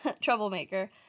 Troublemaker